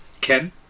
Ken